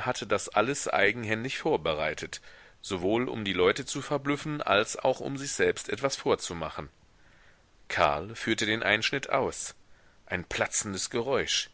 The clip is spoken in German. hatte das alles eigenhändig vorbereitet sowohl um die leute zu verblüffen als auch um sich selbst etwas vorzumachen karl führte den einschnitt aus ein platzendes geräusch